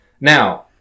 now